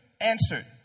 answered